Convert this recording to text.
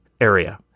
area